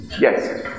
Yes